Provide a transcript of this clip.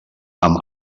amb